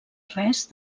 res